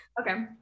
Okay